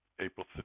April